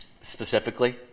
specifically